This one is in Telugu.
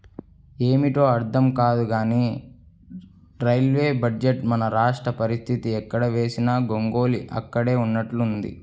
ఏమిటో అర్థం కాదు కానీ రైల్వే బడ్జెట్లో మన రాష్ట్ర పరిస్తితి ఎక్కడ వేసిన గొంగళి అక్కడే ఉన్నట్లుగా ఉంది